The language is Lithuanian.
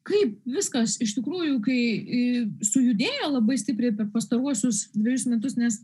kaip viskas iš tikrųjų kai sujudėjo labai stipriai per pastaruosius dvejus metus nes